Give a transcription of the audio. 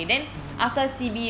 mmhmm